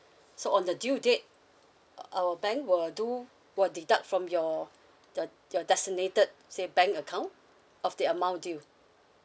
so on the due date uh our bank will do will deduct from your the your designated say bank account of the amount due